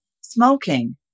smoking